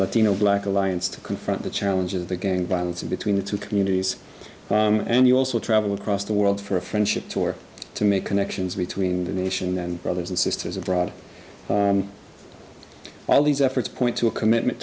latino black alliance to confront the challenge of the gang violence between the two communities and you also travel across the world for a friendship tour to make connections between the nation and brothers and sisters of broad all these efforts point to a commitment